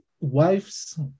wife's